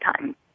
time